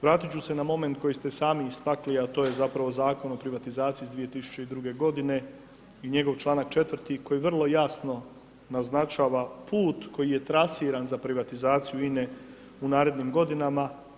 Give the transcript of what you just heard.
Vratit ću se na moment koji ste sami istakli, a to zapravo Zakon o privatizaciji iz 2002.g. i njegov čl. 4. koji vrlo jasno naznačava put koji je trasiran za privatizaciju INA-e u narednim godinama.